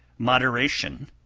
moderation,